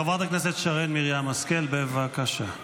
חברת הכנסת שרן מרים השכל, בבקשה.